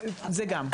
זה גם.